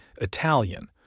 Italian